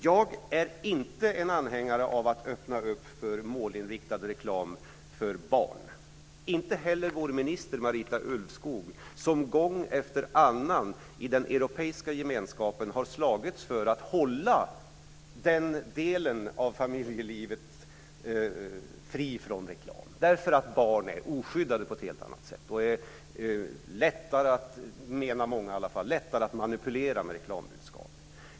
Jag är inte en anhängare av att öppna upp för målinriktad reklam för barn - inte heller vår minister Marita Ulvskog. Hon har gång efter annan i den europeiska gemenskapen slagits för att hålla den delen av familjelivet fri från reklam därför att barn är oskyddade och - menar många - mer lättmanipulerade av reklambudskap.